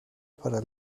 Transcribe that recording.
para